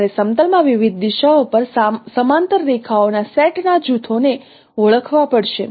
તમારે સમતલમાં વિવિધ દિશાઓ પર સમાંતર રેખાઓના સેટના જૂથોને ઓળખવા પડશે